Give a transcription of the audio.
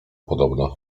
podobno